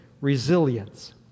resilience